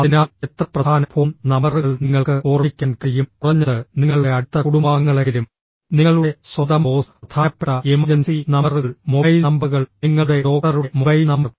അതിനാൽ എത്ര പ്രധാന ഫോൺ നമ്പറുകൾ നിങ്ങൾക്ക് ഓർമ്മിക്കാൻ കഴിയും കുറഞ്ഞത് നിങ്ങളുടെ അടുത്ത കുടുംബാംഗങ്ങളെങ്കിലും നിങ്ങളുടെ സ്വന്തം ബോസ് പ്രധാനപ്പെട്ട എമർജൻസി നമ്പറുകൾ മൊബൈൽ നമ്പറുകൾ നിങ്ങളുടെ ഡോക്ടറുടെ മൊബൈൽ നമ്പർ